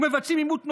ומבצעים אימות נוסף,